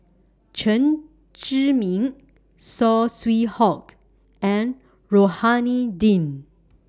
Chen Zhi Ming Saw Swee Hock and Rohani Din